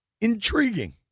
intriguing